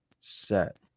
set